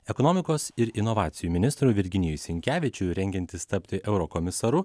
ekonomikos ir inovacijų ministrui virginijui sinkevičiui rengiantis tapti eurokomisaru